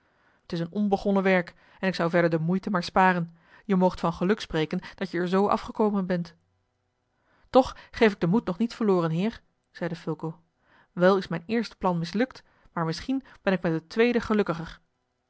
t is een onbegonnen werk en ik zou verder de moeite maar sparen je moogt van geluk spreken dat je er zoo afgekomen bent toch geef ik den moed nog niet verloren heer zeide fulco wel is mijn eerste plan mislukt maar misschien ben ik met het tweede gelukkiger